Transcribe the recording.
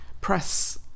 press